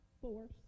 force